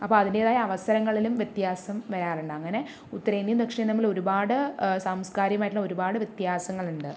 അപ്പോൾ അതിൻ്റേതായ അവസരങ്ങളിലും വ്യത്യാസം വരാറുണ്ട് അങ്ങനെ ഉത്തരേന്ത്യയും ദക്ഷിണേന്ത്യയും തമ്മിൽ ഒരുപാട് സാംസ്കാരികമായിട്ടുള്ള ഒരുപാട് വ്യത്യാസങ്ങളുണ്ട്